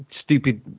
stupid